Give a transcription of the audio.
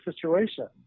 situation